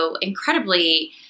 incredibly